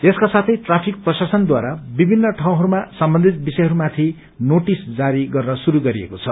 यसका साथै ट्राफिक प्रशासनद्वारा विभिन्न ठाउँहरूमा सम्बन्धित विषयहरूमाथि नोटिस जारी गर्न शुरू गरेको छ